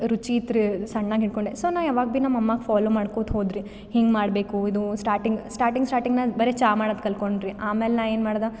ರುಚಿ ಇತ್ತು ರೀ ಸಣ್ಣಕ್ಕಿ ಹಿಡ್ಕೊಂಡೆ ಸೊ ನಾ ಯಾವಾಗ ಭೀ ನಮ್ಮಮ್ಮಗೆ ಫಾಲೋ ಮಾಡ್ಕೋತ ಹೋದೆ ರೀ ಹಿಂಗೆ ಮಾಡಬೇಕು ಇದು ಸ್ಟಾರ್ಟಿಂಗ್ ಸ್ಟಾರ್ಟಿಂಗ್ ಸ್ಟಾರ್ಟಿಂಗ್ದಾಗೆ ಬರೀ ಚಹ ಮಾಡೋದು ಕಲ್ತ್ಕೊಂಡೆ ರೀ ಆಮೇಲೆ ನಾ ಏನು ಮಾಡ್ದೆ